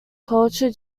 culture